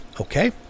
Okay